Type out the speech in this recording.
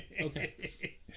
okay